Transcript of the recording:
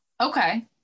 Okay